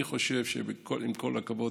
אני חושב שעם כל הכבוד,